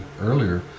earlier